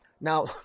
Now